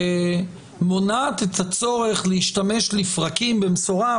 שמונעת את הצורך להשתמש לפרקים במשורה,